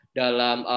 dalam